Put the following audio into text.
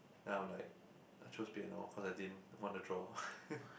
then I'm like I choose piano cause I didn't want to draw